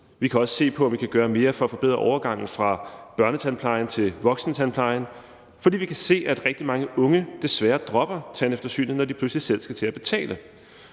Vi kan også se på, om vi kan gøre mere for at forbedre overgangen fra børnetandplejen til voksentandplejen, fordi vi kan se, at rigtig mange unge desværre dropper tandeftersynet, når de pludselig selv skal til at betale.